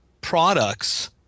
products